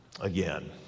again